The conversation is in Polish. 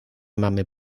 mamy